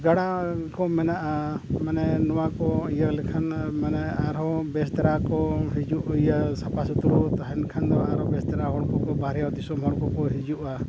ᱜᱟᱰᱟ ᱠᱚ ᱢᱮᱱᱟᱜᱼᱟ ᱢᱟᱱᱮ ᱱᱚᱣᱟ ᱠᱚ ᱤᱭᱟᱹ ᱞᱮᱠᱷᱟᱱ ᱢᱟᱱᱮ ᱟᱨᱦᱚᱸ ᱵᱮᱥ ᱫᱷᱟᱨᱟ ᱠᱚ ᱦᱤᱡᱩᱜ ᱤᱭᱟᱹ ᱥᱟᱯᱷᱟ ᱥᱩᱛᱨᱚ ᱛᱟᱦᱮᱱ ᱠᱷᱟᱱ ᱫᱚ ᱟᱨᱦᱚᱸ ᱵᱮᱥ ᱫᱷᱟᱨᱟ ᱦᱚᱲ ᱠᱚᱠᱚ ᱵᱟᱨᱦᱮ ᱫᱤᱥᱚᱢ ᱦᱚᱲ ᱠᱚ ᱦᱤᱡᱩᱜᱼᱟ